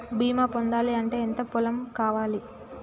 బీమా పొందాలి అంటే ఎంత పొలం కావాలి?